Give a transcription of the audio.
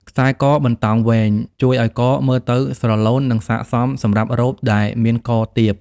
ខ្សែកបណ្តោងវែង ជួយឲ្យកមើលទៅស្រឡូន និងស័ក្តិសមសម្រាប់រ៉ូបដែលមាន ក ទាប។